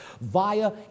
via